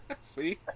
See